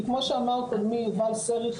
כי כמו שאמר קודמי יובל סרי,